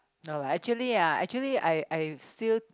no lah actually ah actually I I still